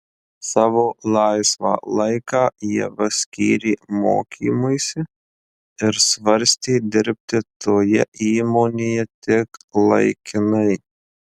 savo laisvą laiką ieva skyrė mokymuisi ir svarstė dirbti toje įmonėje tik laikinai